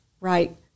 right